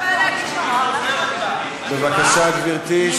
בבקשה, גברתי.